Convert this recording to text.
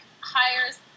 hires